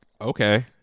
Okay